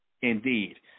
indeed